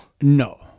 No